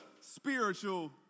spiritual